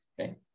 Okay